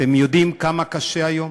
אתם יודעים כמה קשה היום?